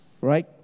Right